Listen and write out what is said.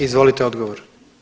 Izvolite odgovor.